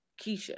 Keisha